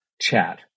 chat